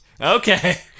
Okay